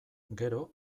gero